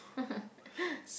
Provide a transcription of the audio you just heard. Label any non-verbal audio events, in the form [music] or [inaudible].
[laughs]